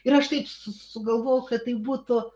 ir aš taip s sugalvojau kad tai būtų